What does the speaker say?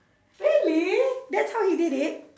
really that's how he did it